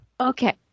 Okay